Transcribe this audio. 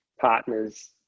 partners